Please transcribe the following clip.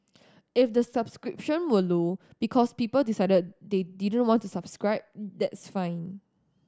if the subscription were low because people decided they didn't want to subscribe that's fine